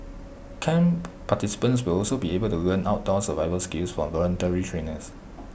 camp participants will also be able to learn outdoor survival skills from voluntary trainers